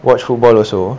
watch football also